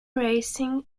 racing